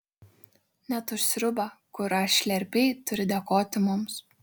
net už sriubą kurią šlerpei turi dėkoti mums